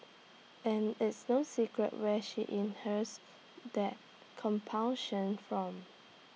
and it's no secret where she inherits that compunction from